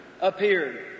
appeared